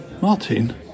Martin